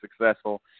Successful